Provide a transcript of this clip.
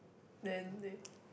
then they